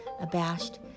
abashed